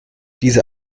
diese